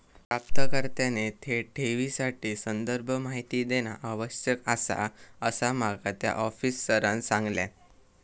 प्राप्तकर्त्याने थेट ठेवीसाठी संदर्भ माहिती देणा आवश्यक आसा, असा माका त्या आफिसरांनं सांगल्यान